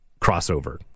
crossover